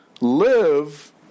live